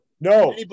no